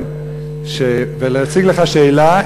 ולהציג לך שאלה,